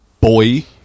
boy